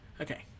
Okay